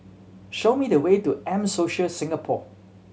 show me the way to M Social Singapore